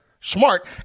smart